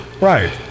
Right